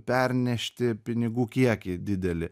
pernešti pinigų kiekį didelį